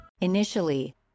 Initially